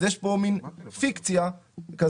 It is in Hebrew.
אז יש פה מין פיקציה כזאת,